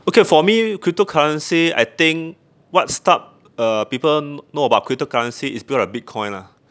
okay for me cryptocurrency I think what start uh people know about cryptocurrency is through the bitcoin lah